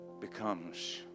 becomes